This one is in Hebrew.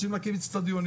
רוצים להקים אצטדיונים,